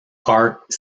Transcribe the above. art